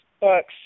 books